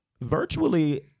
virtually